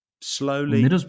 slowly